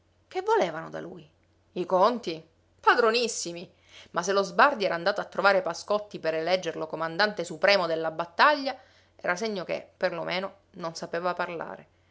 che volevano da lui i conti padronissimi ma se lo sbardi era andato a trovare pascotti per eleggerlo comandante supremo della battaglia era segno che per lo meno non sapeva parlare